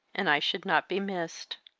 and i should not be missed.